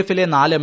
എഫിലെ നാല് എം